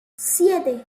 siete